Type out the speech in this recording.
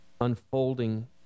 unfolding